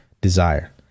desire